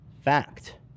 fact